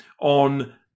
on